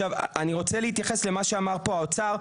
אני רוצה להתייחס למה שאמר האוצר,